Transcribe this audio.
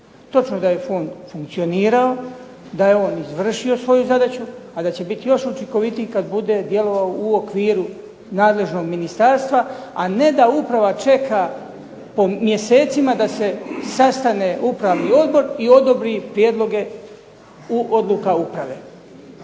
Točno da je fond funkcionirao, da je on izvršio svoju zadaću a da će biti još učinkovitiji kada bude djelovao u okviru nadležnog ministarstva, a ne da uprava mjesecima čeka da se sastane upravni odbor i odobri prijedloge odluka uprave.